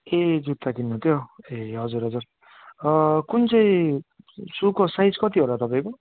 ए जुत्ता किन्नु थियो ए हजुर हजुर कुन चाहिँ सुको साइज कति होला तपाईँको